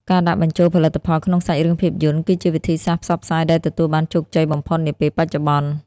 ការដាក់បញ្ចូលផលិតផលក្នុងសាច់រឿងភាពយន្ត គឺជាវិធីសាស្ត្រផ្សព្វផ្សាយដែលទទួលបានជោគជ័យបំផុតនាពេលបច្ចុប្បន្ន។